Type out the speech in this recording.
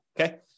okay